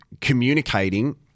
communicating